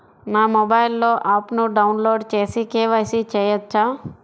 నా మొబైల్లో ఆప్ను డౌన్లోడ్ చేసి కే.వై.సి చేయచ్చా?